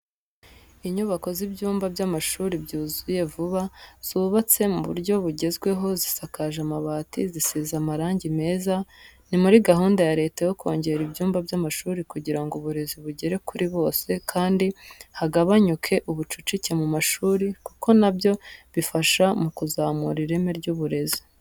Inyubako z'ibyumba by'amashuri byuzuye vuba zubatse mu buryo bugezweho zisakaje amabati, zisize amarangi meza ni muri gahunda ya leta yo kongera ibyumba by'amashuri kugira ngo uburezi bugere kuri bose kandi hagabanyuke ubucucike mu mashuri kuko na byo bifasha mu kuzamura ireme ry'uburezi.